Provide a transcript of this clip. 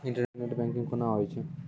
Internet banking कोना होय छै?